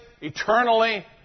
eternally